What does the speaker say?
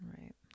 Right